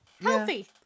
Healthy